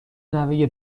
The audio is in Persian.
نوه